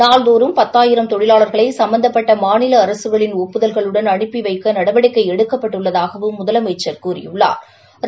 நாள்தோறும் பத்தாயிரம் தொழிவாளா்களை சும்பந்தப்பட்ட மாநில அரசுகளின் ஒப்புதல்களுடன் அனுப்பி வைக்க நடவடிக்கை எடுக்கப்பட்டுள்ளதாகவும் முதலமைச்சா் கூறியுள்ளாா்